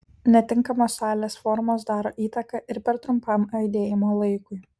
netinkamos salės formos daro įtaką ir per trumpam aidėjimo laikui